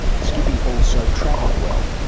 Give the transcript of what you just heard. skippy also travelled well,